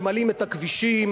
ממלאים את הכבישים